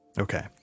Okay